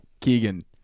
Keegan